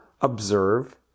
observe